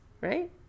right